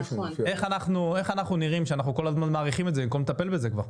איך אנחנו נראים שאנחנו כל הזמן מאריכים את זה במקום לטפל בזה כבר?